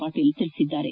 ಪಾಟೀಲ್ ಹೇಳಿದ್ದಾರೆ